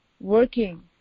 working